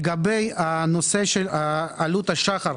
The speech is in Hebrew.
לגבי הנושא של "עלות השחר",